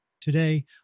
Today